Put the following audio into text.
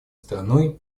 страной